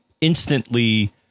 instantly